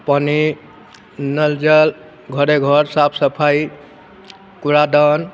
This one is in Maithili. पानि नलजल घरेघर साफ सफाइ कूड़ादान